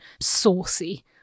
saucy